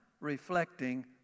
reflecting